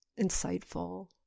insightful